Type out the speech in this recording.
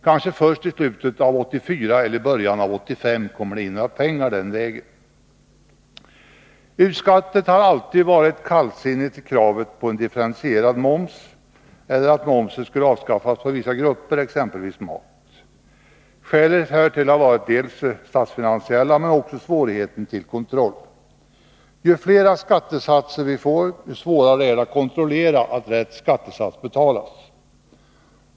Pengar torde inte komma in den vägen förrän i slutet av 1984 eller i början av 1985. Utskottet har alltid varit kallsinnigt till kravet på en differentierad moms eller att momsen skulle avskaffas på vissa varugrupper, exempelvis mat. Skälen härtill har varit dels statsfinansiella problem dels kontrollsvårigheterna. Ju fler skattesatser vi får, desto svårare är det att kontrollera att rätt skattesats betalas.